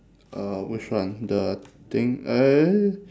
uh which one the thing eh